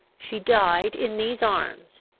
she died in these arms.